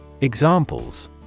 Examples